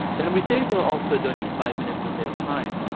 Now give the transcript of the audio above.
then we think they will also donate five minutes of their time.